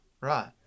Right